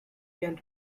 ken